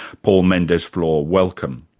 paul mendes-flohr, welcome.